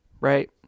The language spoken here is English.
right